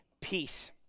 peace